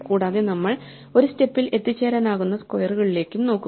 കൂടാതെ നമ്മൾ ഒരു സ്റ്റെപ്പിൽ എത്തിച്ചേരാനാകുന്ന സ്ക്വയറുകളിലേക്കും നോക്കും